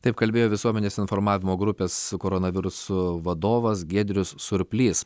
taip kalbėjo visuomenės informavimo grupės koronavirusu vadovas giedrius surplys